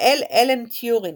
מאת אלן טיורינג,